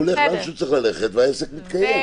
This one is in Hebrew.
הוא הולך לאן שהוא צריך ללכת והעסק מתקיים.